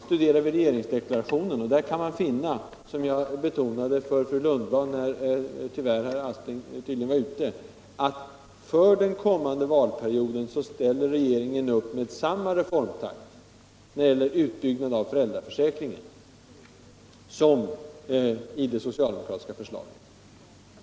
Studerar man regeringsdeklarationen finner man — som jag betonade för fru Lundblad när herr Aspling tydligen var ute — att för den kommande valperioden ställer regeringen upp med samma reformtakt när det gäller utbyggnaden av föräldraförsäkringen som socialdemokraterna i sitt förslag.